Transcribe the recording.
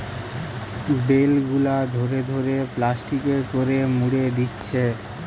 bell গুলা ধরে ধরে প্লাস্টিকে করে মুড়ে দিচ্ছে